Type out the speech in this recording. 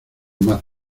más